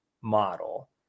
model